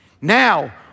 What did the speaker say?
Now